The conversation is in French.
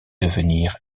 devenir